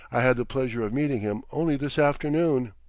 i had the pleasure of meeting him only this afternoon.